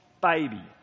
baby